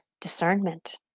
Discernment